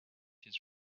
his